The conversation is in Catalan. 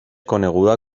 coneguda